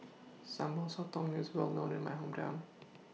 Sambal Sotong IS Well known in My Hometown